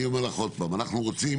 אני אומר לך עוד פעם אנחנו רוצים,